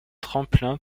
tremplin